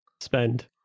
spend